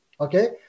Okay